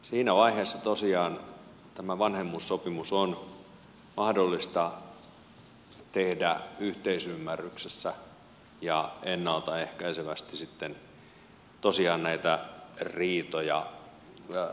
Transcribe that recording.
siinä vaiheessa tosiaan tämä vanhemmuussopimus on mahdollista tehdä yhteisymmärryksessä ja ennalta ehkäisevästi sitten tosiaan näitä riitoja ratkaista